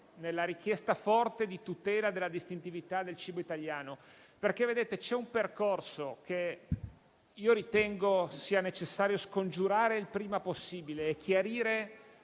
per la richiesta forte di tutela della distintività del cibo italiano. C'è un percorso che ritengo sia necessario scongiurare prima possibile, chiarendo